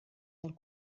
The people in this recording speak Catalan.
del